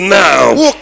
now